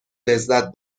لذت